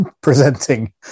presenting